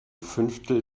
fünftel